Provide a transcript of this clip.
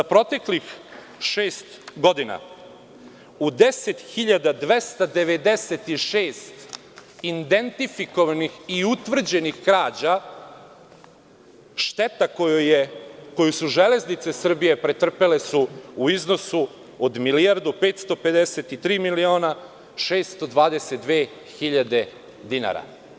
Za proteklih šest godina u 10.296 identifikovanih i utvrđenih krađa, šteta koju su Železnice Srbije pretrpele su u iznosu od milijardu 553 miliona 622 hiljade dinara.